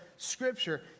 scripture